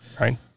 Right